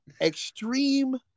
Extreme